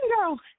girl